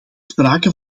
sprake